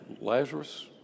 Lazarus